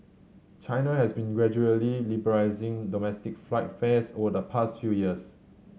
China has been gradually liberalising domestic flight fares over the past few years